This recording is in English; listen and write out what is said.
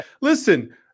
listen